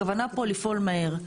הכוונה פה לפעול מהר.